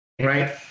right